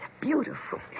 beautiful